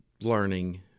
learning